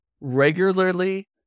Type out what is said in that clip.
regularly